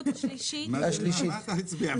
מאזן, מה אתה מצביע?